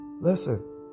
listen